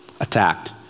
attacked